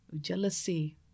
jealousy